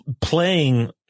playing